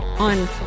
On